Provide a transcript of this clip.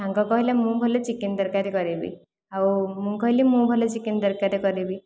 ସାଙ୍ଗ କହିଲା ମୁଁ ଭଲ ଚିକେନ ତରକାରୀ କରିବି ଆଉ ମୁଁ କହିଲି ମୁଁ ଭଲ ଚିକେନ ତରକାରୀଟେ କରିବି